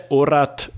orat